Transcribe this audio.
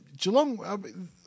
Geelong